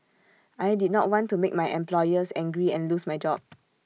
I did not want to make my employers angry and lose my job